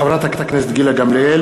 הנני מתכבד להודיעכם,